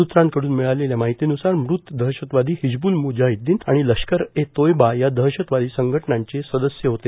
सूत्रांकडून मिळालेल्या माहितीनुसार मृतं दहशतवादी हिजबूल मुजाहिद्दीन आणि लष्कर ए तोयबा या दहशतवादी संघटनांचे सदस्य होते